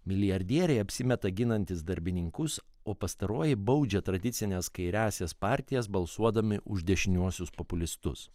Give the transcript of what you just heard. milijardieriai apsimeta ginantys darbininkus o pastaroji baudžia tradicines kairiąsias partijas balsuodami už dešiniuosius populistus